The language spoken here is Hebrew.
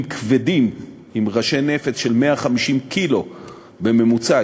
כבדים עם ראשי נפץ של 150 קילו בממוצע,